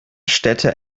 städte